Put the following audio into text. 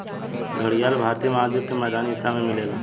घड़ियाल भारतीय महाद्वीप के मैदानी हिस्सा में मिलेला